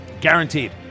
Guaranteed